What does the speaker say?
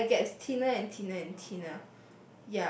the air gets thinner and thinner and thinner